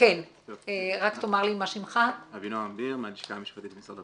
אני מהלשכה המשפטית משרד הפנים.